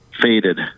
faded